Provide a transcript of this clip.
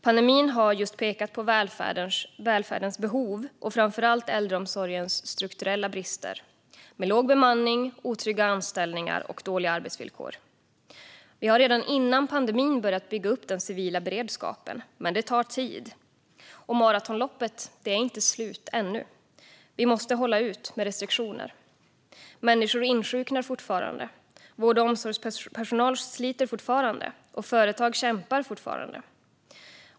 Pandemin har just pekat på välfärdens behov och framför allt på äldreomsorgens strukturella brister med låg bemanning, otrygga anställningar och dåliga arbetsvillkor. Vi hade redan innan pandemin börjat bygga upp den civila beredskapen, men det tar tid. Och maratonloppet är inte slut ännu. Vi måste hålla ut med restriktioner. Människor insjuknar fortfarande. Vård och omsorgspersonal sliter fortfarande, och företag kämpar fortfarande.